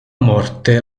morte